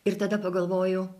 ir tada pagalvoju